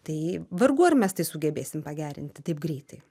tai vargu ar mes tai sugebėsim pagerinti taip greitai